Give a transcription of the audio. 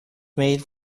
made